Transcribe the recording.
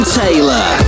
taylor